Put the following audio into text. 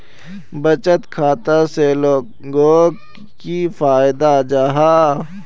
बचत खाता से लोगोक की फायदा जाहा?